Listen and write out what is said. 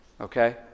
Okay